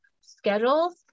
schedules